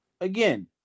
again